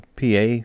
PA